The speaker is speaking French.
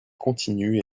continue